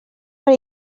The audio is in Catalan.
per